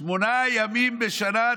שמונה ימים בשנה,